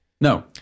No